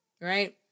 right